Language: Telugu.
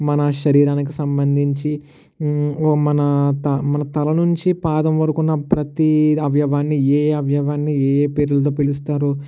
మన శరీరానికి సంబంధించి మన త మన తల నుంచి పాదం వరకూ ఉన్న ప్రతీ అవయవాన్ని ఏ అవయవాన్ని ఏయే పేర్లుతో పిలుస్తారో